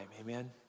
Amen